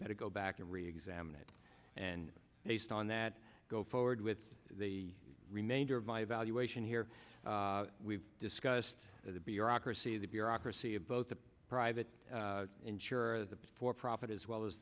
better go back and re examine it and based on that go forward with the remainder of my evaluation here we've discussed the bureaucracy the bureaucracy of both the private insurer the for profit as well as